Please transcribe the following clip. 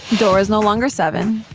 dora's no longer seven.